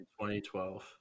2012